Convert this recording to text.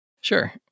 Sure